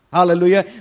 Hallelujah